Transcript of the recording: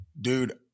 Dude